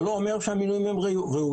זה לא אומר שהמינויים הם ראויים,